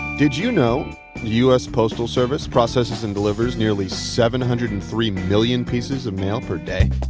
did you know the u s. postal service processes and delivers nearly seven hundred and three million pieces of mail per day.